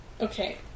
Okay